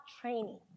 training